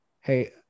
Hey